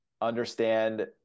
understand